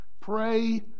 pray